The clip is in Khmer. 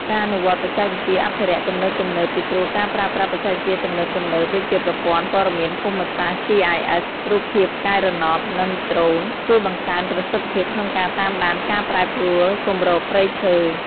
ការអនុវត្តបច្ចេកវិទ្យាអភិរក្សទំនើបៗ ពីព្រោះការប្រើប្រាស់បច្ចេកវិទ្យាទំនើបៗ ដូចជាប្រព័ន្ធព័ត៌មានភូមិសាស្ត្រ GIS រូបភាពផ្កាយរណប និងដ្រូន ជួយបង្កើនប្រសិទ្ធភាពក្នុងការតាមដានការប្រែប្រួលគម្របព្រៃឈើ។